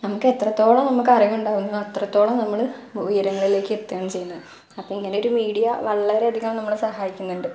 നമ്മൾക്ക് എത്രത്തോളം നമുക്ക് അറിവുണ്ടാകുന്നു അത്രത്തോളം നമ്മൾ ഉയരങ്ങളിലേക്കെത്തുകയാണ് ചെയ്യുന്നത് അപ്പോൾ ഇങ്ങനെ ഒരു മീഡിയ വളരെ അധികം നമ്മളെ സഹായിക്കുന്നുണ്ട്